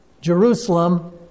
Jerusalem